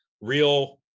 real